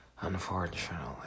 Unfortunately